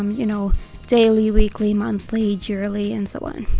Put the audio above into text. um you know daily weekly monthly yearly and so on